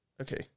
Okay